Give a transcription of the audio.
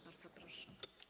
Bardzo proszę.